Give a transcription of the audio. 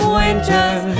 winters